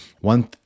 One